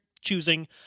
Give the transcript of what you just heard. choosing